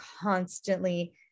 constantly